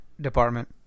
department